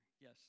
yes